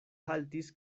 haltis